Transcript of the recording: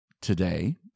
today